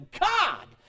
God